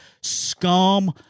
scum